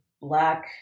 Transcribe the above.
black